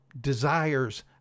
desires